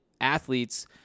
athletes